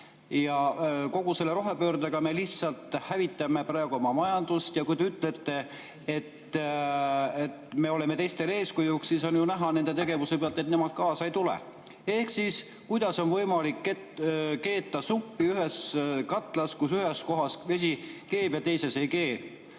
Kogu selle rohepöördega me lihtsalt hävitame praegu oma majandust. Ja kui te ütlete, et me oleme teistele eeskujuks, siis on ju näha nende tegevuse pealt, et nemad kaasa ei tule. Ehk siis: kuidas on võimalik keeta suppi ühes katlas nii, et ühes kohas vesi keeb ja teises ei kee?